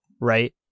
right